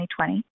2020